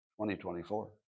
2024